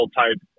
type